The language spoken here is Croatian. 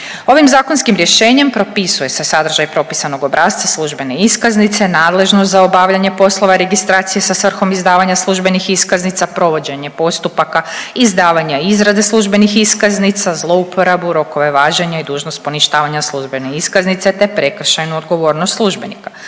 Ovim zakonskim rješenjem propisuje se sadržaj propisanog obrasca službene iskaznice, nadležnost za obavljanje poslova registracije sa svrhom izdavanja službenih iskaznica, provođenje postupaka izdavanja izrade službenih iskaznica, zlouporabu, rokove važenja i dužnost poništavanja službene iskaznice te prekršajnu odgovornost službenika.